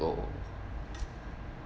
bro